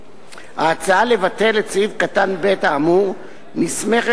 ההצעה לבטל את סעיף קטן (ב) האמור נסמכת